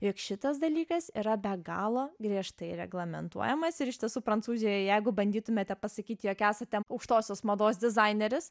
jog šitas dalykas yra be galo griežtai reglamentuojamas ir iš tiesų prancūzijoj jeigu bandytumėte pasakyti jog esate aukštosios mados dizaineris